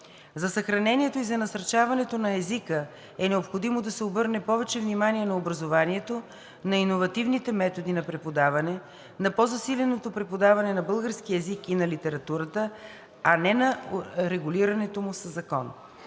За съхранението и за насърчаването на езика е необходимо да се обърне повече внимание на образованието, на иновативните методи на преподаване, на по-засиленото преподаване на българския език и на литературата, а не на урегулирането му със закон.